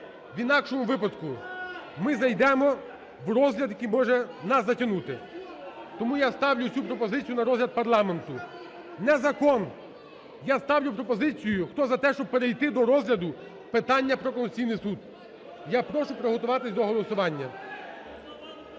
В інакшому випадку ми зайдемо в розгляд, який може нас затягнути. Тому я ставлю цю пропозицію на розгляд парламенту. (Шум у залі) Не закон! Я ставлю пропозицію: хто за те, щоб перейти до розгляду питання про Конституційний Суд? Я прошу приготуватися до голосування.